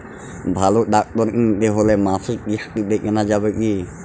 ভালো ট্রাক্টর কিনতে হলে মাসিক কিস্তিতে কেনা যাবে কি?